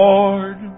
Lord